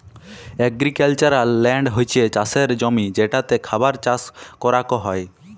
agricultural land হছ্যে চাসের জমি যেটাতে খাবার চাস করাক হ্যয়